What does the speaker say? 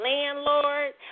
Landlord